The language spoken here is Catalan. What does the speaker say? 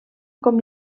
com